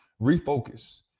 refocus